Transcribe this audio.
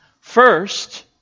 first